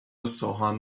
سوهان